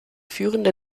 führende